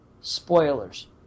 Spoilers